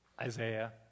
Isaiah